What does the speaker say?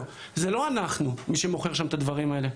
זה לא אנחנו מי שמוכר שם את הדברים האלה,